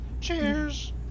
Cheers